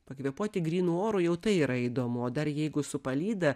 pakvėpuoti grynu oru jau tai yra įdomu o dar jeigu su palyda